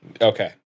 Okay